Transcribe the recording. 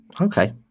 Okay